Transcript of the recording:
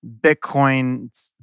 Bitcoin